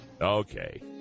Okay